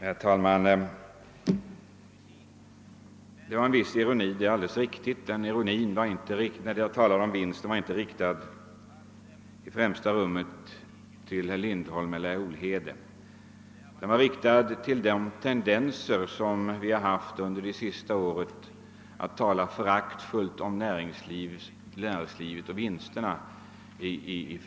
Herr talman! Det var en viss ironi, det är alldeles riktigt, men ironin om vinsten var i främsta rummet inte riktad mot herr Lindholm eller herr Olhe de utan mot de socialdemokratiska tendenserna under det senaste året att tala föraktfullt om näringslivet och vinsterna.